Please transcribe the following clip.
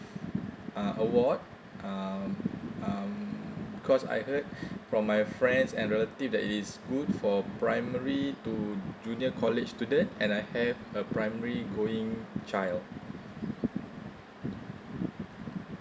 uh award uh um cause I heard from my friends and relative that is good for primary to junior college student and I have a primary going child